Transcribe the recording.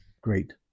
great